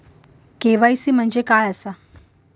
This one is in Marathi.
के.वाय.सी म्हणजे काय आसा?